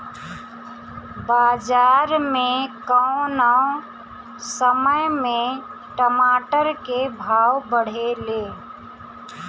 बाजार मे कौना समय मे टमाटर के भाव बढ़ेले?